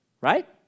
right